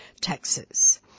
taxes